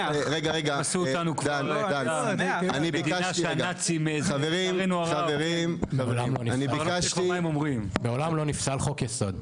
עשו אותו כבר מדינה --- מעולם לא נפסל חוק יסוד.